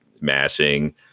mashing